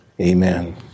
Amen